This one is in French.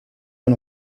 une